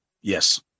Yes